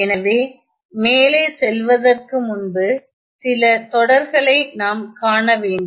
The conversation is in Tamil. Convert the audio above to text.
எனவே மேலே செல்வதற்கு முன்பு சில தொடர்களை நாம் காணவேண்டும்